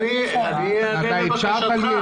אני איענה לבקשתך.